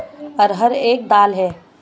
अरहर एक दाल है